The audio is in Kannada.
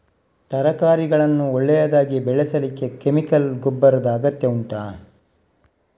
ತರಕಾರಿಗಳನ್ನು ಒಳ್ಳೆಯದಾಗಿ ಬೆಳೆಸಲಿಕ್ಕೆ ಕೆಮಿಕಲ್ ಗೊಬ್ಬರದ ಅಗತ್ಯ ಉಂಟಾ